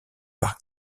par